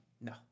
no